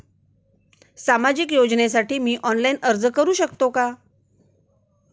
सामाजिक योजनेसाठी मी ऑनलाइन अर्ज करू शकतो का?